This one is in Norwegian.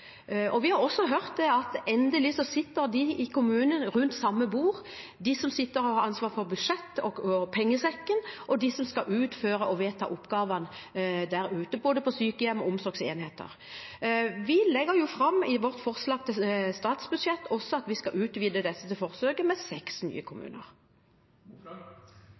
og vi har også hørt at endelig sitter de som har ansvar for budsjett og pengesekken i kommunen, og de som skal utføre og vedta oppgavene både på sykehjem og i omsorgsenheter, rundt samme bord. Vi foreslår også i vårt forslag til statsbudsjett at vi skal utvide dette forsøket med seks nye kommuner. Betyr det da at regjeringen ikke kommer til å følge opp flertallsmerknaden, altså en enstemmig merknad fra